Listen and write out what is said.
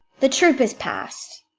the troop is past.